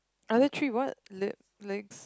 other three what lip legs